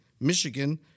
Michigan